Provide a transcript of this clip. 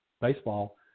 baseball